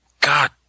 God